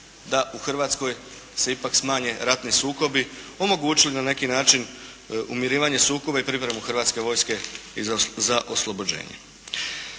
da u Hrvatskoj se ipak smanje ratni sukobi, omogućili na neki način umirivanje sukoba i pripremu Hrvatske vojske i za oslobođenje.